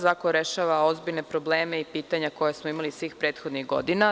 Zakon rešava ozbiljne probleme i pitanja koja smo imali svih prethodnih godina.